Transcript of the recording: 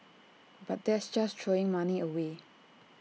but that's just throwing money away